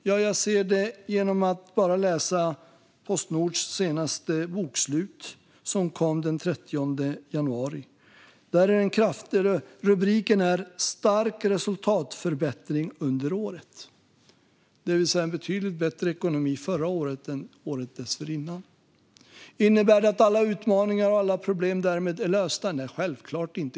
Jo, jag vågar det efter att ha läst Postnords senaste bokslut från den 30 januari. Rubriken är "Stark resultatförbättring under året", det vill säga ekonomin var betydligt bättre förra året än året dessförinnan. Innebär det att alla utmaningar och problem därmed är lösta? Nej, självklart inte.